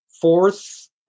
fourth